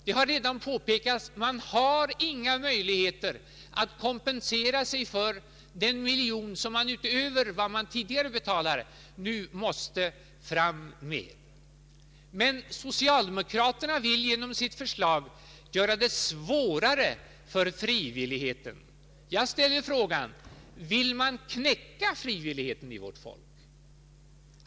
Det har redan påpekats att dessa rörelser inte har några möjligheter att kompensera sig för den miljon som de, utöver vad de hittills betalat, nu måste få fram. Socialdemokraterna vill genom sitt förslag göra det svårare för frivilligheten. Vill socialdemokraterna knäcka frivilligheten hos vårt folk?